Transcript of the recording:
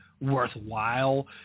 worthwhile